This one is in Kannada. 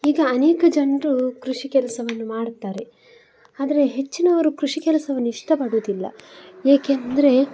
ಈಗ ಅನೇಕ ಜನರು ಕೃಷಿ ಕೆಲಸವನ್ನು ಮಾಡುತ್ತಾರೆ ಆದ್ರೆ ಹೆಚ್ಚಿನವರು ಕೃಷಿ ಕೆಲಸವನ್ನು ಇಷ್ಟಪಡೋದಿಲ್ಲ ಏಕಂದ್ರೆ